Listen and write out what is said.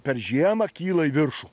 per žiemą kyla į viršų